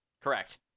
Correct